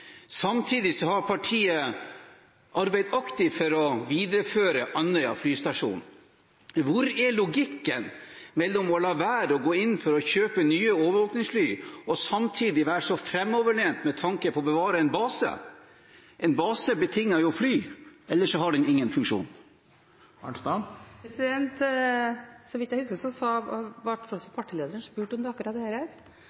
Samtidig har partiet arbeidet aktivt for å videreføre Andøya flystasjon. Hvor er logikken mellom å la være å gå inn for å kjøpe nye overvåkingsfly og samtidig være så framoverlent med tanke på å bevare en base? En base betinger jo fly, ellers har den ingen funksjon. Så vidt jeg husker, ble også